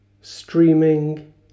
streaming